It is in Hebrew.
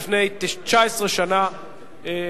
חברת הכנסת אנסטסיה מיכאלי.